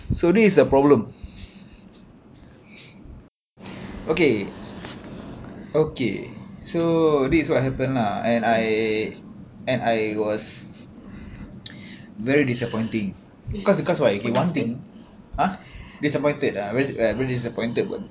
so this is a problem okay okay so this is what happen lah and I and I was very disappointing because because what one thing ha disappointed ah ve~ very disappointed